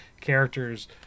characters